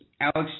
Alex